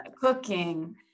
cooking